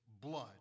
blood